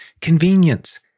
Convenience